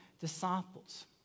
disciples